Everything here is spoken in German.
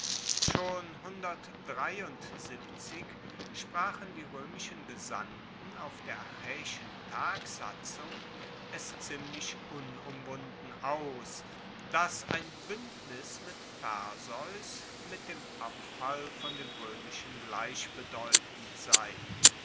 schon sprachen die roemischen gesandten auf der achaeischen tagsatzung es ziemlich unumwunden aus dass ein buendnis mit perseus mit dem abfall von dem roemischen gleichbedeutend sei